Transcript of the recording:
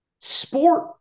Sport